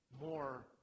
more